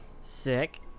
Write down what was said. Sick